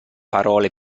parole